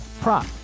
prop